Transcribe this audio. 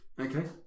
Okay